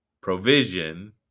provision